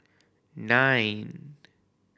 nine